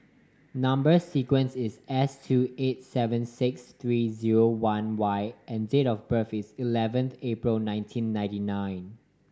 number sequence is S two eight seven six three zero one Y and date of birth is eleven April nineteen ninety nine